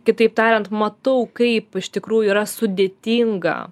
kitaip tariant matau kaip iš tikrųjų yra sudėtinga